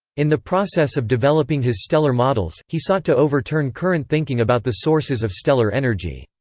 in the process of developing his stellar models, he sought to overturn current thinking about the sources of stellar energy.